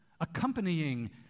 Accompanying